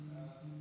ההצעה להעביר